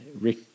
Rick